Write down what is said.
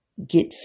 get